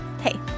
Hey